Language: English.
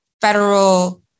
Federal